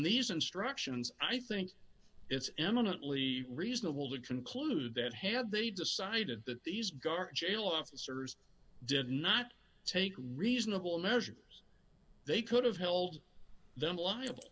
these instructions i think it's eminently reasonable to conclude that had they decided that these guard jail officers did not take reasonable measures they could have held them liable